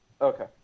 Okay